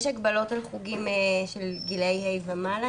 יש הגבלות על חוגים של גילאי ה' ומעלה,